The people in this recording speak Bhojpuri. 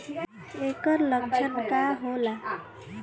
ऐकर लक्षण का होला?